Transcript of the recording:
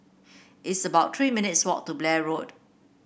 it's about Three minutes' walk to Blair Road